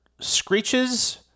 screeches